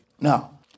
Now